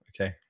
okay